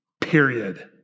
period